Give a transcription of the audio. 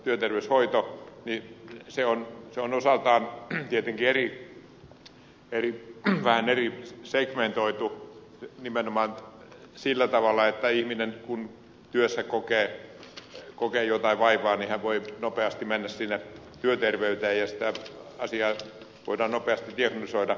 työterveyshoito on osaltaan tietenkin segmentoitu nimenomaan sillä tavalla että kun ihminen työssä kokee jotain vaivaa hän voi nopeasti mennä työterveyteen ja asia voidaan nopeasti diagnosoida